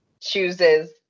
chooses